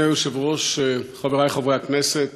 אדוני היושב-ראש, חברי חברי הכנסת,